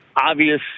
obvious